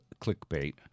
Clickbait